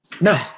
No